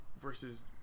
Versus